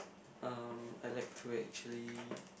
um I like to actually